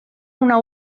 una